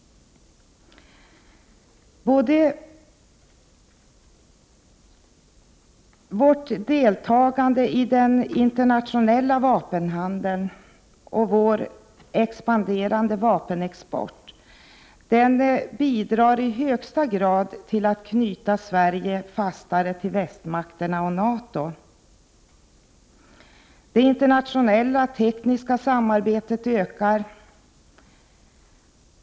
Både vårt deltagande i den internationella vapenhandeln och vår expanderande vapenexport bidrar i högsta grad till att knyta Sverige fastare till västmakterna och NATO. Det internationella tekniska samarbetet ökar.